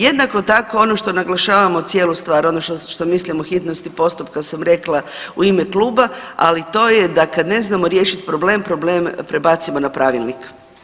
Jednako tako ono što naglašavamo cijelu stvar, ono što mislim o hitnosti postupka sam rekla u ime kluba, ali to je da kad ne znamo riješiti problem, problem prebacimo na pravilnik.